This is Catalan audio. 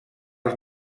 els